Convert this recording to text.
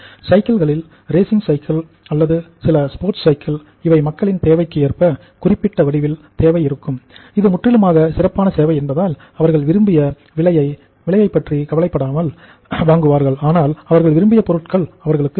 சைக்கிள்களில் இவை மக்களின் தேவைக்கு ஏற்ப குறிப்பிட்ட வடிவில் தேவை இருக்கும் இது முற்றிலுமாக சிறப்பான சேவை என்பதால் அவர்கள் விலையை பற்றி கவலைப்பட மாட்டார்கள் ஆனால் அவர்கள் விரும்பிய பொருள் அவர்களுக்கு வேண்டும்